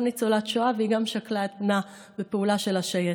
ניצולת שואה והיא גם שכלה את בנה בפעולה של השייטת,